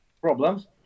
problems